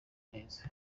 neza